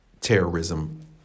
terrorism